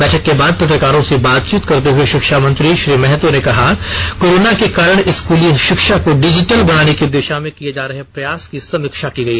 बैठक के बाद पत्रकारों से बातचीत करते हए शिक्षा मंत्री श्री महतो ने कहा कि कोरोना के कारण स्कूली शिक्षा को डिजिटल बनाने की दिशा में किए जा रहे प्रयास की समीक्षा की गई